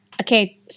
Okay